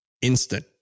instant